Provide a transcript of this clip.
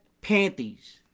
panties